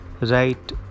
right